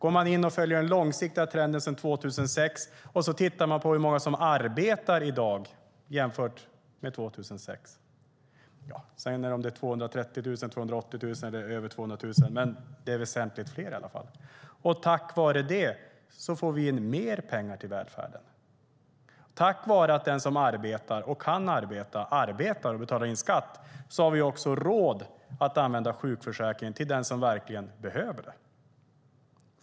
Går man in och följer den långsiktiga trenden sedan 2006 och tittar på hur många som arbetar i dag jämfört med 2006 ser man att det är väsentligt fler, oavsett om det är 230 000, 280 000 eller bara över 200 000. Tack vare det får vi in mer pengar till välfärden. Tack vare att den som arbetar, och kan arbeta, arbetar och betalar in skatt har vi också råd att använda sjukförsäkringen till den som verkligen behöver den.